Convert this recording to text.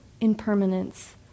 impermanence